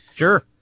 Sure